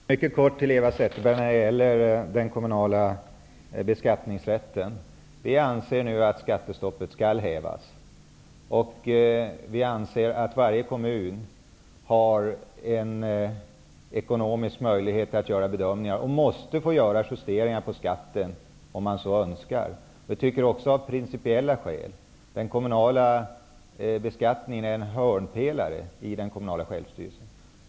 Herr talman! Mycket kort till Eva Zetterberg när det gäller den kommunala beskattningsrätten. Socialdemokraterna anser nu att skattestoppet skall hävas. Vi anser att varje kommun har en möjlighet att göra ekonomiska bedömningar och måste få göra justeringar på skatten om man så önskar. Vi tycker att det också finns prinicpiella skäl. Den kommunala beskattningsrätten är en hörnpelare i den kommunala självstyrelsen.